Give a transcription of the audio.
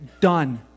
Done